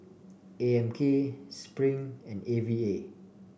A M K Spring and A V A